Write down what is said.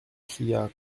cria